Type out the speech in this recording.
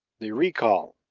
the recall.